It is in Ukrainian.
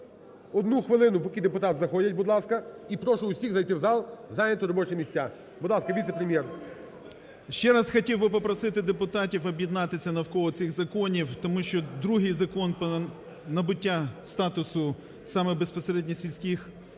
одну хвилину, поки депутати заходять, будь ласка. І прошу усіх зайти у зал, зайняти робочі місця. Будь ласка, віце-прем'єр. 17:00:13 ЗУБКО Г.Г. Ще раз хотів би попросити депутатів об'єднатися навколо цих законів, тому що другий Закон про набуття статусу саме безпосередньо сільських старост